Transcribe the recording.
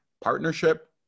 partnership